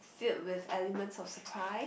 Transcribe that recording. still with elements of surprise